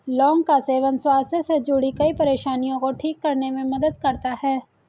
लौंग का सेवन स्वास्थ्य से जुड़ीं कई परेशानियों को ठीक करने में मदद करता है